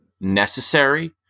necessary